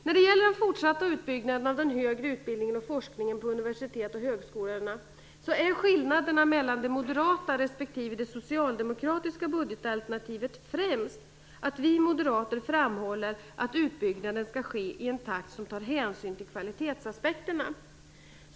När det gäller den fortsatta utbyggnaden av den högre utbildningen och forskningen på universiteten och högskolorna, är skillnaden mellan det moderata och det socialdemokratiska budgetalternativet främst att vi moderater framhåller att utbyggnaden skall ske i en takt som tar hänsyn till kvalitetsaspekterna.